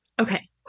Okay